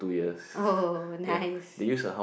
oh nice